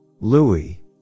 Louis